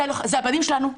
זה הבנים שלנו,